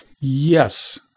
Yes